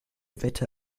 wette